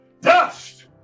dust